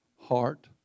heart